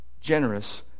Generous